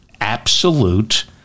absolute